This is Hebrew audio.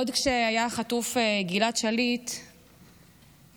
עוד כשגלעד שליט היה חטוף,